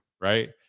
right